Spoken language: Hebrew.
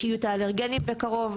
יהיו את האלרגנים בקרוב.